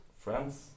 friends